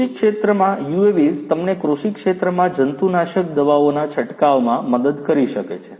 કૃષિ ક્ષેત્રમાં UAVs તમને કૃષિ ક્ષેત્રમાં જંતુનાશક દવાઓના છંટકાવમાં મદદ કરી શકે છે